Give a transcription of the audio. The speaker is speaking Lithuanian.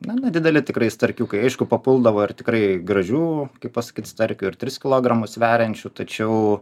na nedideli tikrai starkiukai aišku papuldavo ir tikrai gražių kaip pasakyt starkių ir tris kilogramus sveriančių tačiau